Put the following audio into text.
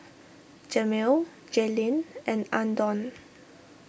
Jamil Jaylene and andon